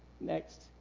Next